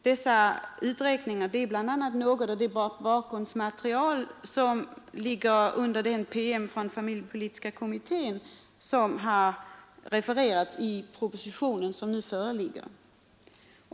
Dessa uträkningar ingår i det bakgrundsmaterial som ligger under den PM från familjepolitiska kommittén som refererats i propositionen som nu föreligger.